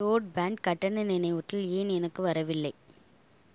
broadband கட்டண நினைவூட்டல் ஏன் எனக்கு வரவில்லை